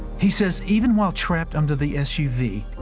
he says even while trapped under the s u v,